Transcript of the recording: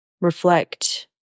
reflect